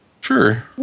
Sure